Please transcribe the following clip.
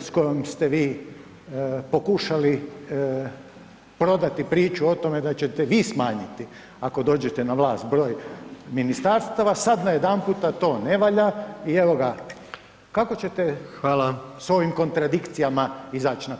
s kojom ste vi pokušali prodati priču o tome da ćete vi smanjiti ako dođete na vlast broj ministarstava, sad najedanputa to ne valja i evo ga, kako ćete [[Upadica: Hvala.]] s ovim kontradikcijama izaći na kraj?